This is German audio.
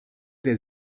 der